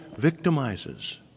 victimizes